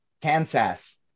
Kansas